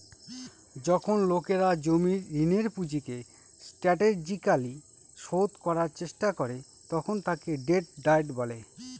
যখন লোকেরা জমির ঋণের পুঁজিকে স্ট্র্যাটেজিকালি শোধ করার চেষ্টা করে তখন তাকে ডেট ডায়েট বলে